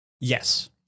Yes